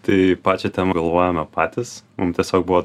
tai pačią temą galvojome patys mum tiesiog buvo